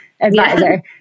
advisor